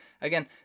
Again